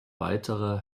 weitere